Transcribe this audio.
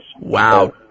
Wow